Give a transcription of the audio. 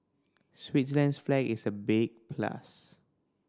Switzerland's flag is a big plus